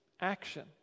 Action